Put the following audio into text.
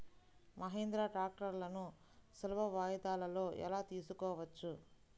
మహీంద్రా ట్రాక్టర్లను సులభ వాయిదాలలో ఎలా తీసుకోవచ్చు?